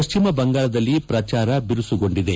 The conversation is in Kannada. ಪಶ್ಚಿಮ ಬಂಗಾಳದಲ್ಲಿ ಪ್ರಚಾರ ಬಿರುಸುಗೊಂಡಿದೆ